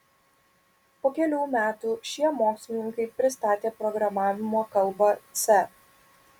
po kelių metų šie mokslininkai pristatė programavimo kalbą c